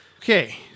Okay